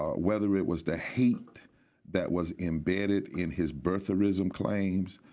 ah whether it was the hate that was embedded in his birtherism claims,